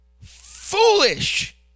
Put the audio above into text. foolish